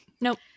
Nope